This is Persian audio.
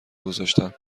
گذاشتم